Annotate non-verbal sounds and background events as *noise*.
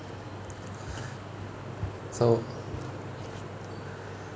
*breath* so